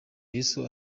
yesu